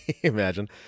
Imagine